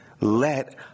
let